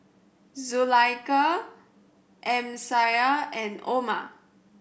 Zulaikha Amsyar and Omar